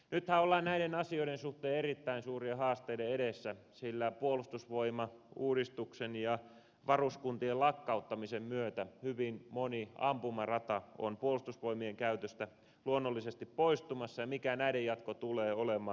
nythän ollaan näiden asioiden suhteen erittäin suurien haasteiden edessä sillä puolustusvoimauudistuksen ja varuskuntien lakkauttamisen myötä hyvin moni ampumarata on puolustusvoimien käytöstä luonnollisesti poistumassa ja mikä näiden jatko tulee olemaan